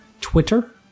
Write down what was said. Twitter